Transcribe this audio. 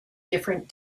different